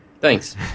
Thanks